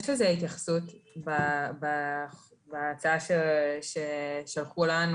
יש לזה התייחסות בהצעה ששלחו לנו